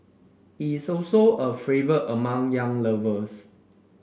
it is also a favourite among young lovers